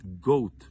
goat